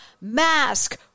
mask